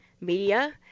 media